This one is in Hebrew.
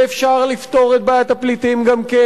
ואפשר לפתור את בעיית הפליטים גם כן,